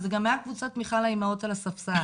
וזה מעט קבוצת תמיכה לאימהות על הספסל.